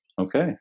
okay